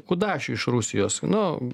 kudašių iš rusijos nu